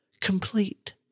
complete